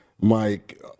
Mike